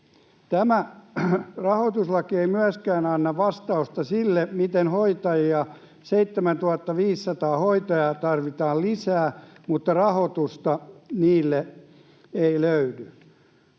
Tämä rahoituslaki ei myöskään anna vastausta sille, että 7 500 hoitajaa tarvitaan lisää, mutta rahoitusta heille ei löydy.